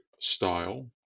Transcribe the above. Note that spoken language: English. style